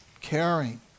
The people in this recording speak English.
Caring